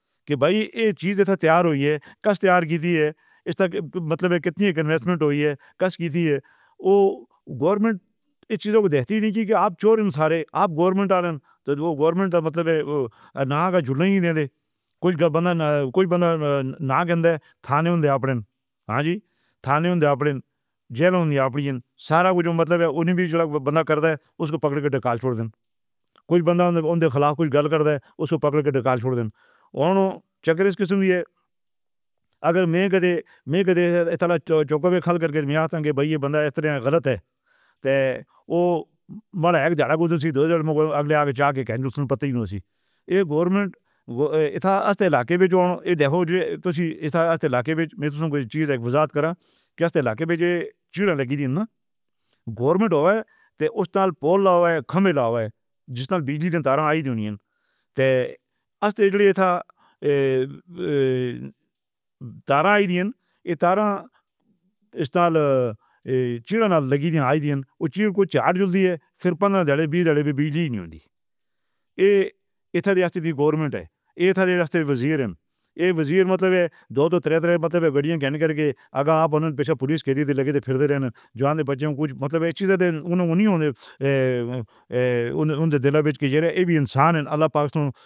کہ بھائی یہ چیز تیار ہو گئی ہے۔ کس تیار کی تھی یہ، اس کا مطلب کتنی انویسٹمنٹ ہو گئی ہے۔ کس کی تھی یہ؟ وو گورنمنٹ اِس چیز کو دیکھتی نہیں کہ آپ چور ہیں سارے۔ آپ گورنمنٹ تو گورنمنٹ مطلب ہے وو۔ ناک جھُلاݨ دے۔ کُجھ بندہ کوئی باندا نہ کندا تھانے ہوندے آپݨ۔ ہاں جی، تھانے ہوندے آپݨ، جیل ہوندی آپݨ۔ سارا کُجھ مطلب ہے۔ اُنہیں وی باندا کر دے، اُسکو پکڑ کے ڈکیت چھوڑ دے۔ کُجھ بندہ اُنہاں دے خلاف کُجھ گَلّ کر دے، اُسکو پکڑ کر ڈکیت چھوڑ دے۔ ہُݨ چکر اِس قِسم دی ہے۔ اگر میں کدے اِتّالہ چوک پر کھل کر کے میں کہا کہ بھائی یہ باندا اِس طرح غلط ہے۔ تو وو مڑا اِک دیر کُدن سی دو دیر میں آگے جا کے کہا سُن، پتا ہی نہ ہوݨا۔ یہ گورنمنٹ ہے یہاں آس پاس علاقے میں جو ہو۔ تُسی آس پاس علاقے میں، میں تو کُجھ چیز وِجھان کراں کے آس پاس علاقے میں جو چِیرا لگی، تن گورنمنٹ ہے۔ تو اُسے پول لاوے، کھمبے لاوے، جیں توں بجلی دیاں تاراں آئی دِیاں نہ؟ تے آس پاس جیڑے تاراں آئی دِیاں۔ یہ تاراں اِس نالہ چِیرا نالہ لگی دِیاں آئی دِیاں۔ اوہ چِیر کُجھ چاٹ جُدی، پھر پندرہ گھنٹے بعد بجلی نی ہوندی۔ اے اِتھے اِتھی گورنمنٹ ہے۔ اِتھے اے راستے وزیر ہیں۔ اے وزیر مطلب ہے۔ دو تین تاریخ مَت لینا۔ گلیاں کاہے کر کے؟ اگر آپ اَنّاں پِیچھے پولیس قیدی تے لگے تے پھرتی رہیں۔ جوان باجیاں کو مطلب ہُݨ دِل وچ دے انسان اللہ پاک سو۔